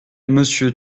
monsieur